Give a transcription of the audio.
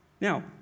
Now